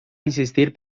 insistir